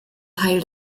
teil